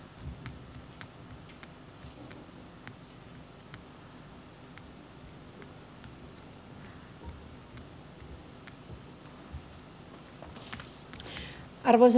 arvoisa puhemies